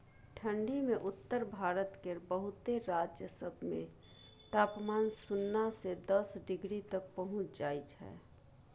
ठंढी मे उत्तर भारत केर बहुते राज्य सब मे तापमान सुन्ना से दस डिग्री तक पहुंच जाइ छै